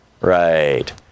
Right